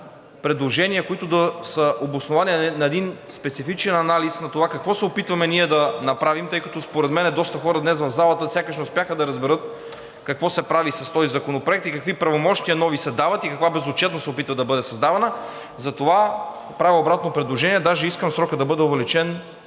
предложения, които да са основани на един специфичен анализ на това какво се опитваме да направим, тъй като според мен доста хора днес в залата сякаш не успяха да разберат какво се прави с този законопроект, какви нови правомощия се дават и каква безотчетност се опитват да бъде създадена. Затова правя обратно предложение – даже искам срокът между